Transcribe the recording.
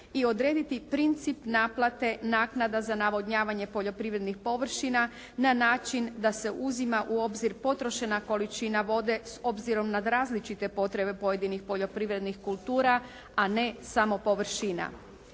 i odrediti princip naplate naknada za navodnjavanje poljoprivrednih površina na način da se uzima u obzir potrošena količina vode s obzirom na različite potrebe pojedinih poljoprivrednih kultura, a ne samo površina.